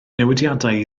newidiadau